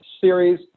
series